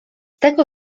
tego